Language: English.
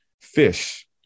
fish